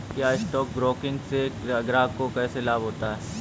क्या stock broking से ग्राहक को लाभ होता है?